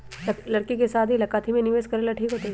लड़की के शादी ला काथी में निवेस करेला ठीक होतई?